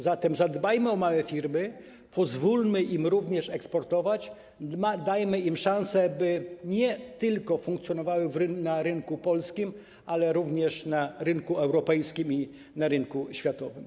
Zatem zadbajmy o małe firmy, pozwólmy im również eksportować, dajmy im szansę, by nie tylko funkcjonowały na rynku polskim, ale również na rynku europejskim i na rynku światowym.